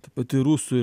ta pati rusų